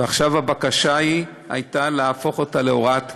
ועכשיו הבקשה להפוך אותה להוראת קבע.